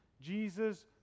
Jesus